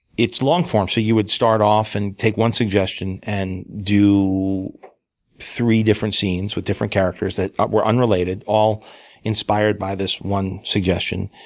it's long form, so you would start off and take one suggestion, and do three different scenes with different characters that were unrelated, all inspired by this one suggestion.